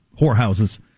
whorehouses